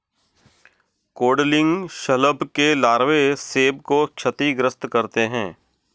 codling शलभ के लार्वे सेब को क्षतिग्रस्त करते है